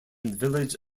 village